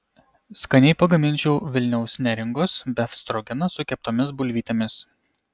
skaniai pagaminčiau vilniaus neringos befstrogeną su keptomis bulvytėmis